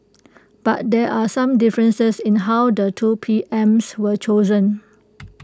but there are some differences in how the two PMs were chosen